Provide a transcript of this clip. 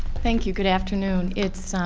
thank you. good afternoon. it's